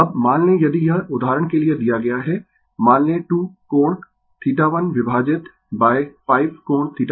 Refer Slide Time 0215 अब मान लें यदि यह उदाहरण के लिए दिया गया है मान लें 2 कोण 1 विभाजित 5 कोण 2